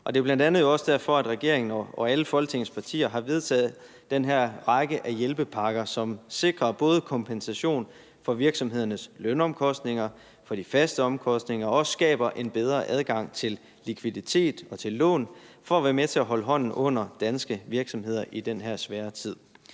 det er jo bl.a. også derfor, at regeringen og alle Folketingets partier har vedtaget den her række af hjælpepakker, som både sikrer kompensation for virksomhedernes lønomkostninger og for de faste omkostninger og også skaber en bedre adgang til likviditet, til lån for at være med til at holde hånden under danske virksomheder i den her svære tid.